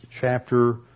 chapter